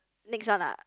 next one ah